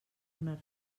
una